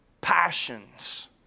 passions